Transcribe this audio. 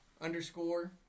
underscore